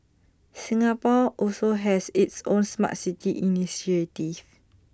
Singapore also has its own Smart City initiative